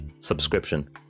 subscription